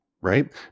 right